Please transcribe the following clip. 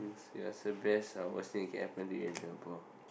what's the best or worst thing that can happen to you in Singapore